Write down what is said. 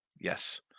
Yes